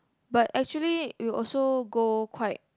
but actually we also go quite